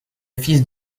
fils